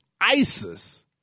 ISIS